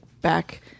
back